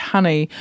Honey